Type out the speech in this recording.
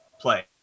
play